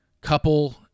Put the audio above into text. couple